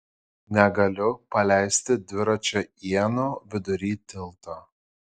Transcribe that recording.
negaliu paleisti dviračio ienų vidury tilto